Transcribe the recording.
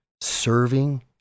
serving